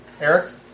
Eric